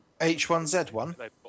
H1Z1